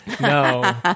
no